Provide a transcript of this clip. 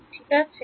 ঠিক আছে